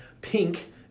Pink